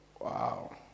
Wow